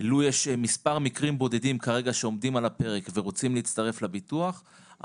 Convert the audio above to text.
לו יש מספר מקרים בודדים שעומדים כרגע על הפרק ורוצים להצטרף לביטוח,